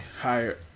higher